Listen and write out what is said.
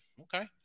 Okay